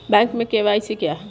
Bank में KYC क्या है?